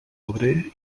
febrer